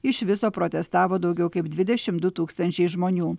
iš viso protestavo daugiau kaip dvidešim du tūkstančiai žmonių